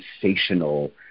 sensational